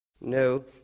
No